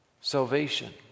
Salvation